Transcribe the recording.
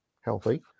healthy